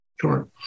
Sure